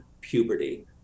puberty